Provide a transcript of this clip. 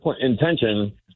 intention